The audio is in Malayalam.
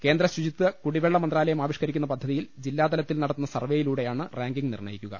കേന്ദ്ര ശുചിത്വ കുടിവെള്ള മന്ത്രാലയം ആവിഷ്ക്കരിക്കുന്ന പദ്ധതിയിൽ ജില്ലാതലത്തിൽ നടത്തുന്ന സർവേയിലൂടെയാണ് റാങ്കിങ് നിർണ യിക്കുക